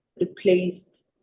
replaced